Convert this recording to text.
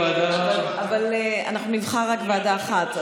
אנחנו נבחר רק ועדה אחת,